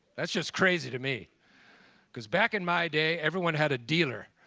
that's just crazy to me because, back in my day, everyone had a dealer